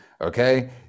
Okay